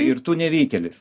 ir tu nevykėlis